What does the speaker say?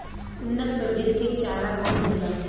उन्नत प्रभेद के चारा कौन होला?